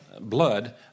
blood